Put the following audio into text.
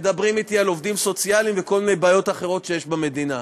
מדברים אתי על עובדים סוציאליים וכל מיני בעיות אחרות שיש במדינה.